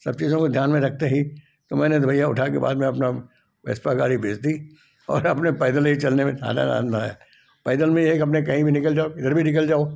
सब चीजों को ध्यान में रखते ही तो मैंने भैया उठा के बाद में अपना वेस्पा गाड़ी बेच दी और अपने पैदल ही चलने में आनंद आया पैदल में यह है कि अपने कहीं भी निकल जाओ किधर भी निकल जाओ